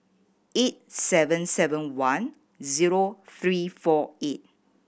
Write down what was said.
eight seven seven one zero three four eight